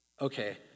Okay